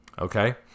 Okay